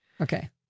Okay